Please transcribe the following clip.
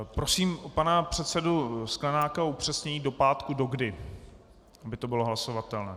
Prosím pana předsedu Sklenáka o upřesnění do pátku do kdy, aby to bylo hlasovatelné.